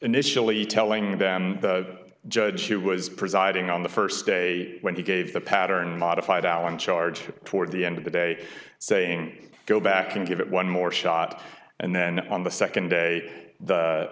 initially telling them the judge who was presiding on the first day when he gave the pattern modify the allen charge toward the end of the day saying go back and give it one more shot and then on the second day the